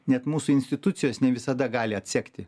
net mūsų institucijos ne visada gali atsekti